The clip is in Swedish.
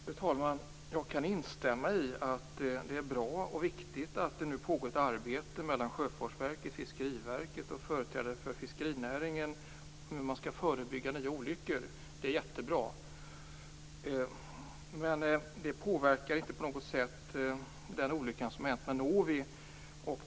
Fru talman! Jag kan instämma i att det är bra och viktigt att det nu pågår ett arbete mellan Sjöfartsverket, Fiskeriverket och företrädare för fiskerinäringen om hur man skall förebygga nya olyckor. Det är jättebra. Men det påverkar inte på något sätt den olycka som har skett med Novi.